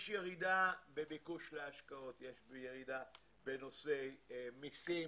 יש ירידה בביקוש להשקעות, יש ירידה בנושאי מסים